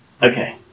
Okay